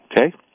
okay